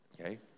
okay